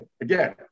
Again